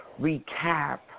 recap